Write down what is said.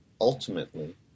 ultimately